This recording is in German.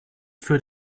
für